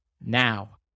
Now